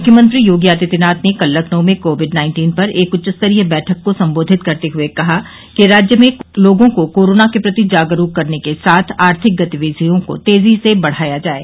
मुख्यमंत्री योगी आदित्यनाथ ने कल लखनऊ में कोविड नाइन्टीन पर एक उच्चस्तरीय बैठक को संबोधित करते हुए कहा कि राज्य में लोगों को कोरोना के प्रति जागरूक करने के साथ आर्थिक गतिविधियों को तेजी से बढ़ाया जाये